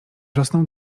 rosną